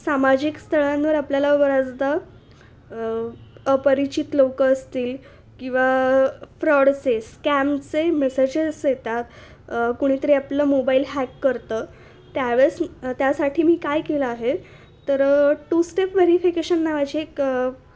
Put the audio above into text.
सामाजिक स्थळांवर आपल्याला बऱ्याचदा अपरिचित लोकं असतील किंवा फ्रॉडचे स्कॅमचे मेसेजेस येतात कुणीतरी आपलं मोबाईल हॅक करतं त्यावेळेस त्यासाठी मी काय केलं आहे तर टू स्टेप व्हेरीिफिकेशन नावाची एक